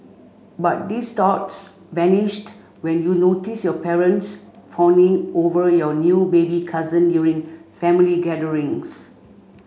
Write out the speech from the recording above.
but these thoughts vanished when you notice your parents fawning over your new baby cousin during family gatherings